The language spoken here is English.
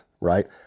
right